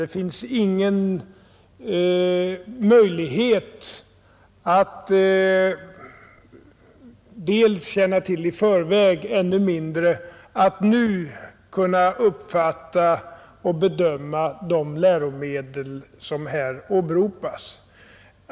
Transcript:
Det finns ingen möjlighet att känna till i förväg och ännu mindre att nu bedöma de läromedel som här åberopas.